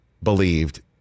believed